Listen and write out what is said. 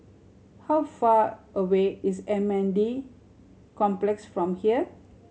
how far away is M N D Complex from here